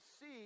see